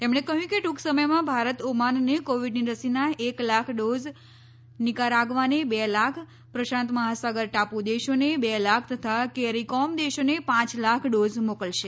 તેમણે કહ્યું કે ટુંક સમયમાં ભારત ઓમાનને કોવિડની રસીનાં એક લાખ ડોઝ નીકારાગ્વાને બે લાખ પ્રશાંત મહાસાગર ટાપુ દેશોને બે લાખ તથા કેરીકોમ દેશોને પાંચ લાખ ડોઝ મોકલશે